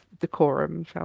decorum